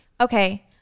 Okay